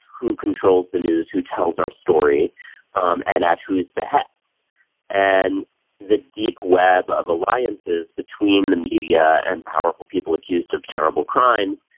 who controls the news who tells our story um and at who is the head and the deep web of alliances between the media and powerful people accused of terrible crime.